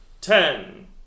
Ten